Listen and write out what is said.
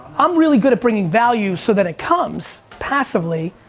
i'm really good at bringing value so that it comes, passively,